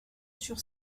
sur